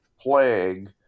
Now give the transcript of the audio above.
plague